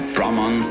Brahman